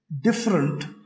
different